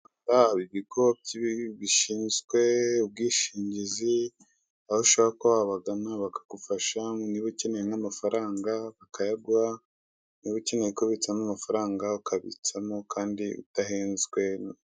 Aha hari ibigo bishinzwe ubwishingizi, aho ushobora kuba wabagana bakagufasha, niba ukeneye amafaranga bakayaguha, niba ukeneye kubitsamo amafaranga ukabitsamo kandi udahenzwe